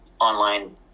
online